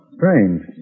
Strange